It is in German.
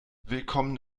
willkommen